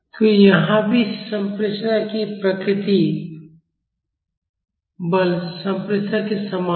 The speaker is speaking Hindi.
तो यहाँ भी संप्रेषणीयता की प्रकृति बल संप्रेषणीयता के समान है